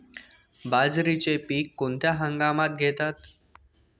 बाजरीचे पीक कोणत्या हंगामात घेतात?